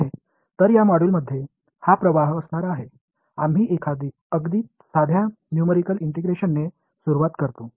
எனவே இந்த தொகுதியின் ஓட்டமாக இது இருக்கும் நாம் எளிய நியூமறிகள் இன்டெகிரஷனுடன் தொடங்குகிறோம்